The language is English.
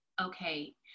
okay